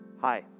Hi